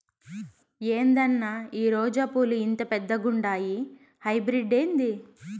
ఏందన్నా ఈ రోజా పూలు ఇంత పెద్దగుండాయి హైబ్రిడ్ ఏంది